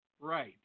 right